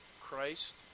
Christ